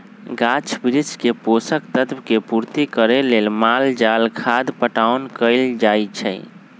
गाछ वृक्ष के पोषक तत्व के पूर्ति करे लेल माल जाल खाद पटाओन कएल जाए छै